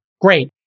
Great